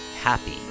happy